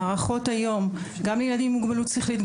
הארכות היום גם ילדים עם מוגבלות שכלית,